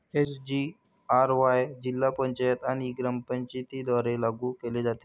SGRY जिल्हा पंचायत आणि ग्रामपंचायतींद्वारे लागू केले जाते